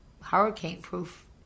hurricane-proof